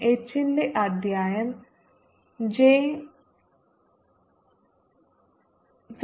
H ന്റെ അദ്യായം J സ